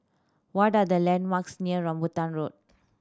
what are the landmarks near Rambutan Road